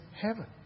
heaven